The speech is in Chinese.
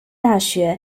大学